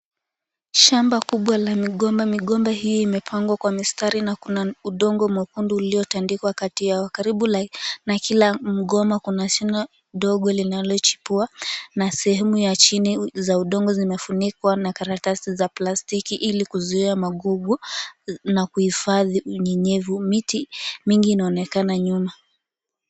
Shamba kubwa la migomba. Migomba hiyo imepangwa kwa mistari, na kuna udongo mwekundu uliotandikwa kati yao. Karibu na kila mgomba, kuna shina ndogo linalochipua, na sehemu ya chini za udongo zimefunikwa na karatasi za plastiki, ili kuzuia magugu na kuhifadhi unyenyevu. Miti mingi inaonekana nyuma.